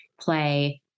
play